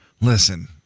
listen